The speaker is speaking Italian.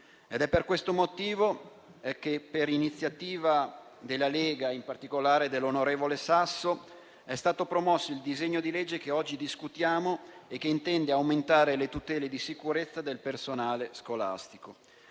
È per questo motivo che, per iniziativa della Lega e, in particolare, dell'onorevole Sasso, è stato promosso il disegno di legge che oggi discutiamo e che intende aumentare le tutele e la sicurezza del personale scolastico.